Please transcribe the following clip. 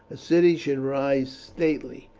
a city should rise stately,